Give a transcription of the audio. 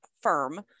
firm